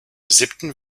siebten